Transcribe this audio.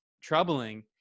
troubling